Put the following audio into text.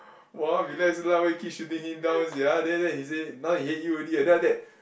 !wah! relax lah why you keep shooting him down sia then after that he say now he hate you already then after that